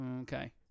Okay